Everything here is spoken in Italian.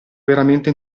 veramente